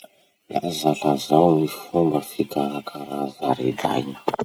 Lazalazao ny fomba fikarakara zaridaina.